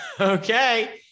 Okay